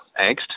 angst